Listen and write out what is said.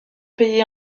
pays